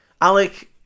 Alec